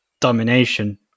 domination